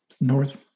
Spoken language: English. North